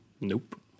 Nope